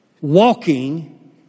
walking